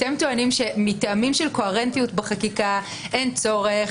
אתם טוענים שמטעמים של קוהרנטיות בחקיקה אין צורך